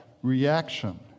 reaction